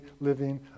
living